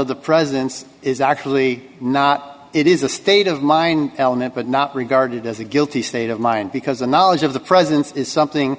of the presidents is actually not it is a state of mind element but not regarded as a guilty state of mind because the knowledge of the presence is something